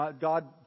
God